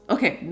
Okay